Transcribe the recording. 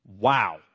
Wow